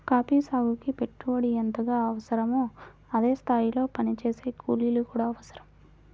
coffee సాగుకి పెట్టుబడి ఎంతగా అవసరమో అదే స్థాయిలో పనిచేసే కూలీలు కూడా అవసరం